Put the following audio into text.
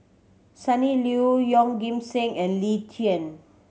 Sunny Liew Yeoh Ghim Seng and Lee Tjin